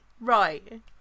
right